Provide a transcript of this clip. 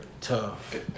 Tough